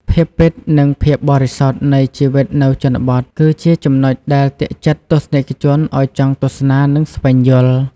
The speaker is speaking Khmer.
ភាពពិត និងភាពបរិសុទ្ធនៃជីវិតនៅជនបទ គឺជាចំណុចដែលទាក់ចិត្តទស្សនិកជនឲ្យចង់ទស្សនា និងស្វែងយល់។